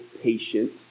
patient